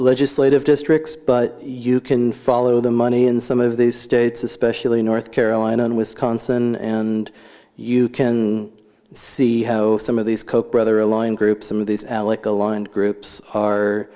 legislative districts but you can follow the money in some of these states especially north carolina and wisconsin and you can see how some of these koch brother aligned groups some of these alec aligned groups are